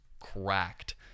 cracked